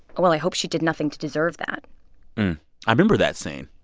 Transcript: well, i hope she did nothing to deserve that i remember that scene.